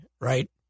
right